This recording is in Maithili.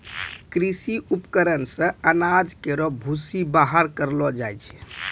कृषि उपकरण से अनाज केरो भूसी बाहर करलो जाय छै